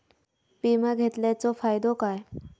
विमा घेतल्याचो फाईदो काय?